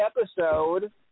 episode